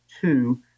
two